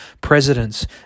presidents